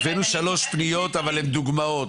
הבאנו שלוש פניות אבל עם דוגמאות.